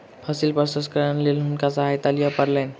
फसिल प्रसंस्करणक लेल हुनका सहायता लिअ पड़लैन